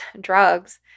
drugs